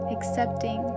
Accepting